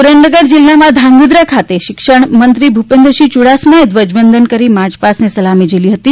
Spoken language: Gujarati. સુરેન્દ્રનગર જિલ્લામાં ધ્રાંગધ્રા ખાતે શિક્ષણમંત્રી ભૂપેન્દ્ર યૂડાસમા એ ધ્વજવંદન કરી માર્ચ પાસ્ટની સલામી ઝીલી હતી